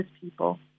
people